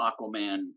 Aquaman